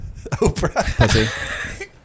Oprah